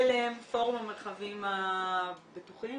על"ם, פורום המרחבים הבטוחים